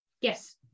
Yes